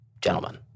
gentlemen